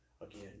again